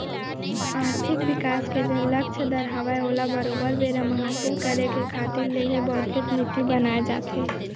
आरथिक बिकास के जेन लक्छ दर हवय ओला बरोबर बेरा म हासिल करे के खातिर ले ही मौद्रिक नीति बनाए जाथे